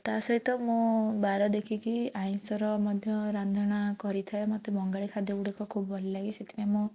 ତା'ସହିତ ମୁଁ ବାର ଦେଖିକି ଆଇଁଷର ମଧ୍ୟ ରାନ୍ଧଣା କରିଥାଏ ମୋତେ ବଙ୍ଗାଳି ଖାଦ୍ୟ ଗୁଡ଼ିକ ଖୁବ୍ ଭଲ ଲାଗେ ସେଥିପାଇଁ ମୁଁ